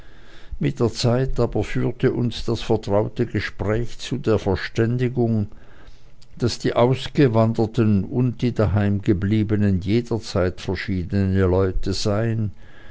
mit der zeit aber führte uns das vertraute gespräch zu der verständigung daß die ausgewanderten und die daheimgebliebenen jederzeit verschiedene leute seien